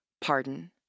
pardon